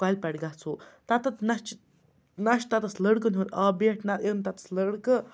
کۄلہِ پٮ۪ٹھ گَژھو تَتٮ۪تھ نہ چھِ نہ چھِ تَتہِ تھَس لٔڑکَن ہُنٛد آ بٮ۪ٹھ نہ یِن تَتہِ تھَس لٔڑکہٕ